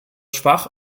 schwach